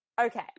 Okay